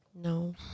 No